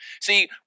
See